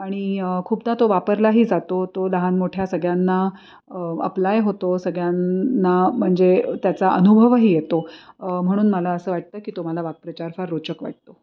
आणि खूपदा तो वापरलाही जातो तो लहान मोठ्या सगळ्यांना अप्लाय होतो सगळ्यांना म्हणजे त्याचा अनुभवही येतो म्हणून मला असं वाटतं की तो मला वाक्प्रचार फार रोचक वाटतो